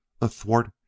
athwart